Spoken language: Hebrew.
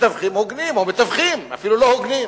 מתווכים הוגנים, או מתווכים, אפילו לא הוגנים.